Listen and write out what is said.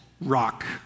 rock